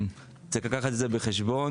צריך לקחת את זה בחשבון.